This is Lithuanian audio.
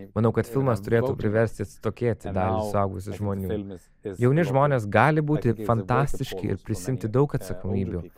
manau kad filmas turėtų priversti atsitokėti dalį suaugusių žmonių jauni žmonės gali būti fantastiški ir prisiimti daug atsakomybių